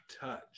touch